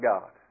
God